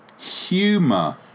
Humour